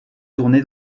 tourné